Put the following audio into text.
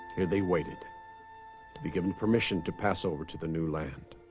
here they waited to be given permission to pass over to the new land